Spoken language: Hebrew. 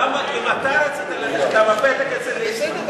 למה אם אתה רצית להגיש, הפתק אצל ליצמן?